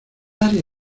área